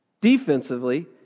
defensively